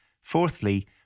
Fourthly